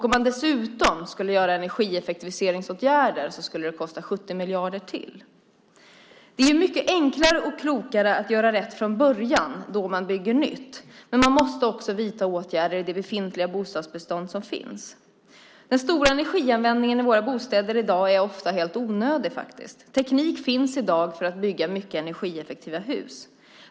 Om man dessutom skulle göra energieffektiviseringsåtgärder skulle det kosta 70 miljarder till. Det är mycket enklare och klokare att göra rätt från början, när man bygger nytt, men man måste också vidta åtgärder i det befintliga bostadsbeståndet. Den stora energianvändningen i våra bostäder i dag är faktiskt ofta helt onödig. Teknik finns i dag för att bygga mycket energieffektiva hus.